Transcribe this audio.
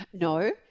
No